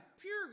pure